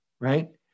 right